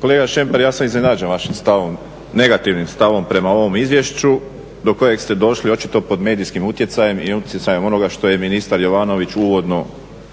Kolega Šemper ja sam iznenađen vašim stavom, negativnim stavom prema ovom izvješću do kojeg ste došli očito pod medijskim utjecajem i utjecajem onoga što je ministar Jovanović uvodno